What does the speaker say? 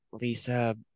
Lisa